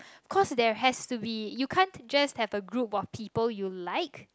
cause there has to be you can't just have a group of people you like